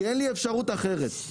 אין לי אפשרות אחרת.